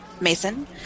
Mason